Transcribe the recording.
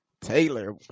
Taylor